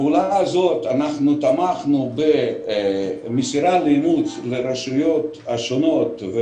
בפעולה הזאת תמכנו במסירה לאימוץ לרשויות השונות.